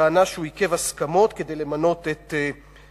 בטענה שהוא עיכב הסכמות כדי למנות את מקורביו,